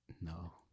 No